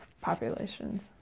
populations